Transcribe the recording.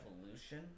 evolution